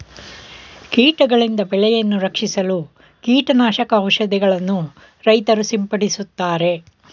ಕೀಟಗಳಿಂದ ಬೆಳೆಯನ್ನು ರಕ್ಷಿಸಲು ಕೀಟನಾಶಕ ಔಷಧಿಗಳನ್ನು ರೈತ್ರು ಸಿಂಪಡಿಸುತ್ತಾರೆ